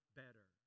better